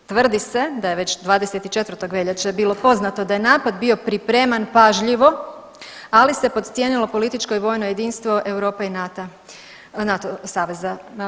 Tvrdi se da je već 24. veljače bilo poznato da je napad bio pripreman pažljivo, ali se podcijenilo političko i vojno jedinstvo Europe i NATO saveza.